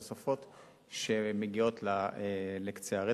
שמגיעות לקצה הרצף.